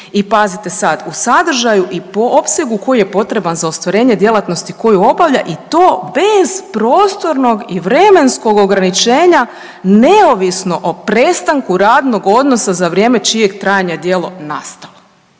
I pazite sad u sadržaju i po opsegu koji je potreban za ostvarenje djelatnosti koju obavlja i to bez prostornog i vremenskog ograničenja neovisno o prestanku radnog odnosa za vrijeme čijeg trajanja je djelo nastalo.